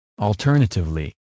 Alternatively